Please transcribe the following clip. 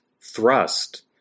thrust